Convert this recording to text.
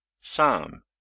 psalm